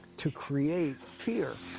to create fear.